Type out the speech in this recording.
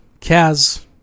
Kaz